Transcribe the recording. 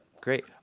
Great